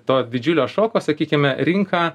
to didžiulio šoko sakykime rinką